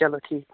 چلو ٹھیٖک حظ چھُ